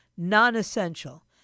non-essential